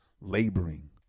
laboring